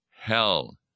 hell